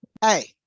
Hey